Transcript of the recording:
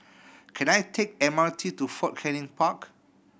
can I take M R T to Fort Canning Park